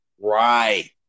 Right